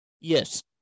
Yes